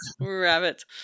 rabbit